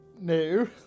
No